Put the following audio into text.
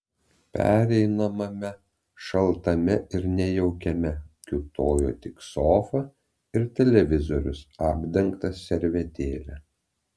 pereinamame šaltame ir nejaukiame kiūtojo tik sofa ir televizorius apdengtas servetėle